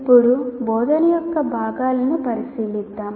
ఇప్పుడు బోధన యొక్క భాగాలను పరిశీలిద్దాం